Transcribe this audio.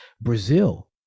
Brazil